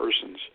persons